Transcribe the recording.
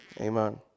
Amen